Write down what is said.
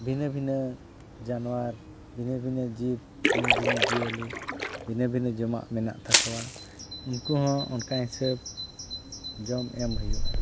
ᱵᱷᱤᱱᱟᱹ ᱵᱷᱤᱱᱟᱹ ᱡᱟᱱᱣᱟᱨ ᱵᱷᱤᱱᱟᱹ ᱵᱷᱤᱱᱟᱹ ᱡᱤᱵᱽ ᱵᱷᱤᱱᱟᱹ ᱵᱷᱤᱱᱟᱹ ᱡᱤᱭᱟᱹᱞᱤ ᱵᱷᱤᱱᱟᱹ ᱵᱷᱤᱱᱟᱹ ᱡᱚᱢᱟᱜ ᱢᱮᱱᱟᱜ ᱛᱟᱠᱚᱣᱟ ᱩᱱᱠᱩ ᱦᱚᱸ ᱚᱱᱠᱟ ᱦᱤᱥᱟᱹᱵ ᱡᱚᱢ ᱮᱢ ᱦᱩᱭᱩᱜᱼᱟ